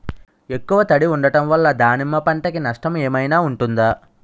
ఎక్కువ తడి ఉండడం వల్ల దానిమ్మ పంట కి నష్టం ఏమైనా ఉంటుందా?